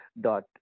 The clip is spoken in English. dot